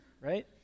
right